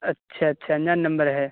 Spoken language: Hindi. अच्छा अच्छा अनजान नम्बर है